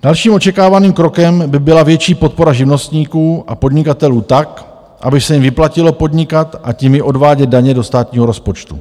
Dalším očekávaným krokem by byla větší podpora živnostníků a podnikatelů tak, aby se jim vyplatilo podnikat a tím i odvádět daně do státního rozpočtu.